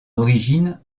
origine